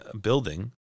building